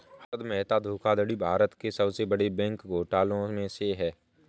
हर्षद मेहता धोखाधड़ी भारत के सबसे बड़े बैंक घोटालों में से है